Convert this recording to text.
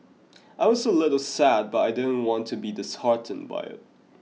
I was a little sad but I didn't want to be disheartened by it